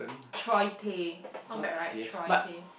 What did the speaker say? Troy Tay not bad right Troy Tay